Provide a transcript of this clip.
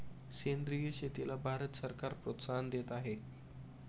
सेंद्रिय शेतीला भारत सरकार प्रोत्साहन देत आहे